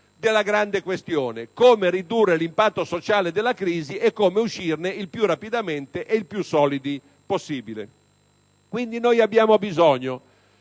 della grande questione, ovvero come ridurre l'impatto sociale della crisi e come uscirne il più rapidamente e il più solidamente possibile. Quindi, noi abbiamo bisogno